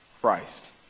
Christ